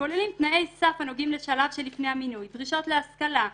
שכוללים תנאי סף הנוגעים לשלב שלפני המינוי: דרישות להשכלה,